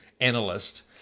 analyst